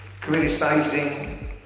criticizing